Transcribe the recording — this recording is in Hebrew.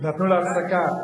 נתנו לו הפסקה.